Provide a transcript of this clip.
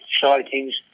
sightings